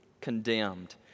condemned